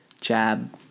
jab